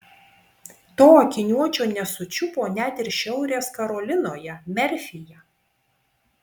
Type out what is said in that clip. to akiniuočio nesučiupo net ir šiaurės karolinoje merfyje